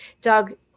Doug